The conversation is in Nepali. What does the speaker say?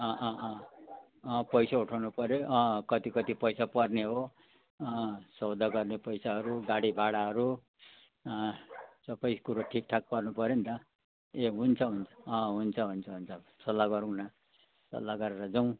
अँ अँ अँ अँ पैसा उठाउनु पऱ्यो अँ अँ कति कति पैसा पर्ने हो अँ सौदा गर्ने पैसाहरू गाडी भाडाहरू सबै कुरो ठिकठाक पार्नु पऱ्यो नि त ए हुन्छ हुन्छ अँ हुन्छ हुन्छ सल्लाह गरौँ न सल्लाह गरेर जाउँ